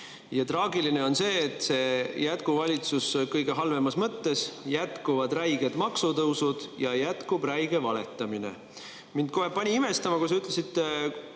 Traagiline on see, et see on jätkuvalitsus kõige halvemas mõttes: jätkuvad räiged maksutõusud ja jätkub räige valetamine. Mind pani kohe imestama, kui sa ütlesid